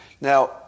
Now